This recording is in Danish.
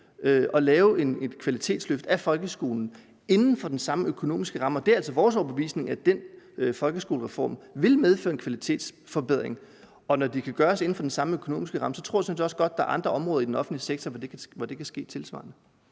at lave et kvalitetsløft af folkeskolen inden for den samme økonomiske ramme. Det er altså vores overbevisning, at den folkeskolereform vil medføre en kvalitetsforbedring, og når det kan gøres inden for den samme økonomiske ramme, tror jeg sådan set også godt, der er andre områder inden for den offentlige sektor, hvor det kan ske tilsvarende.